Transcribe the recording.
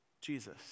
Jesus